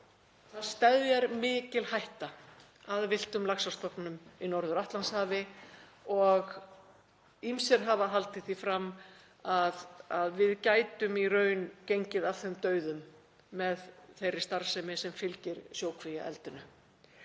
það steðjar mikil hætta að villtum laxastofnum í Norður-Atlantshafi og ýmsir hafa haldið því fram að við gætum í raun gengið af þeim dauðum með þeirri starfsemi sem fylgir sjókvíaeldinu.